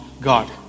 God